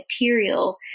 material